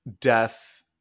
death